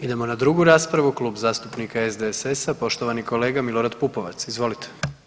Idemo na 2. raspravu, Klub zastupnika SDSS-a, poštovani kolega Milorad Pupovac, izvolite.